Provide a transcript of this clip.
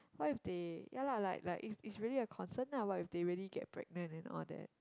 what if they ya lah like like it's it's really a concern lah what if they really get pregnant and all that